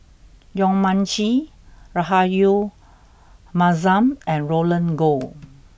Yong Mun Chee Rahayu Mahzam and Roland Goh